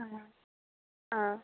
आ आ